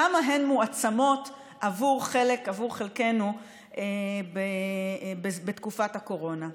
כמה הן מועצמות עבור חלקנו בתקופת הקורונה.